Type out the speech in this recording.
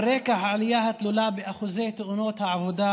על רקע העלייה התלולה באחוז תאונות העבודה,